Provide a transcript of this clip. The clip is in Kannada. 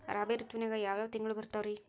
ರಾಬಿ ಋತುವಿನಾಗ ಯಾವ್ ಯಾವ್ ತಿಂಗಳು ಬರ್ತಾವ್ ರೇ?